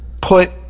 put